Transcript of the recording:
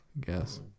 guess